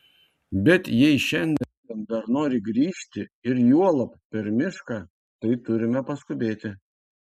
bet jei šiandien dar nori grįžti ir juolab per mišką tai turime paskubėti